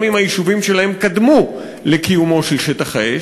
גם אם היישובים שלהם קדמו לקיומו של שטח האש,